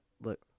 Look